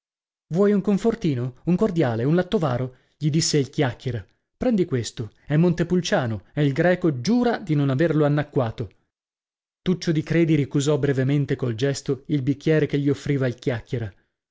vuoi un confortino un cordiale un lattovaro gli disse il chiacchera prendi questo è montepulciano e il greco giura di non averlo annacquato tuccio di credi ricusò brevemente col gesto il bicchiere che gli offriva il chiacchiera